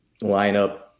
lineup